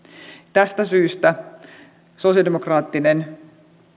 tästä syystä sosialidemokraattinen